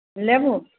लेबहो